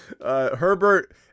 Herbert